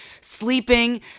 sleeping